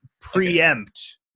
preempt